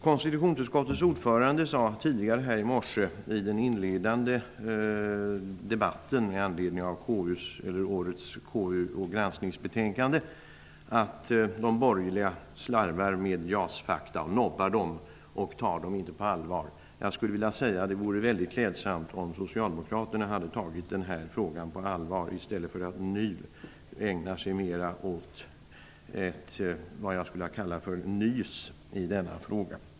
Konstitutionsutskottets ordförande sade i morse, i den inledande debatten med anledning av årets granskningsbetänkande från KU, att de borgerliga slarvar med JAS-fakta, nobbar dem och inte tar dem på allvar. Jag skulle vilja säga att det vore mycket klädsamt om socialdemokraterna hade tagit den här frågan på allvar i stället för att nu ägna sig åt ett vad jag skulle vilja kalla nys i denna fråga.